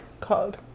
called